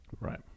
Right